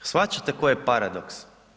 Shvaćate koji je paradoks?